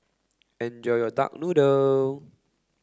enjoy your duck noodle